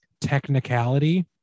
technicality